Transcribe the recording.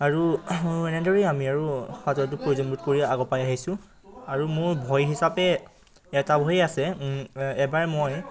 আৰু এনেদৰেই আমি আৰু সাঁতোৰাটো প্ৰয়োজনবোধ কৰি আগৰপৰাই আহিছোঁ আৰু মোৰ ভয় হিচাপে এটা ভয়েই আছে এবাৰ মই